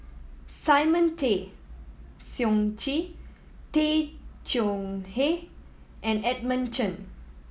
Simon Tay Seong Chee Tay Chong Hai and Edmund Chen